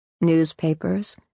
newspapers